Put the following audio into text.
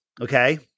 Okay